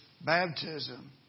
baptism